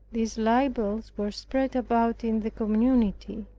these libels were spread about in the community.